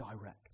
direct